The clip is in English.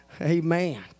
Amen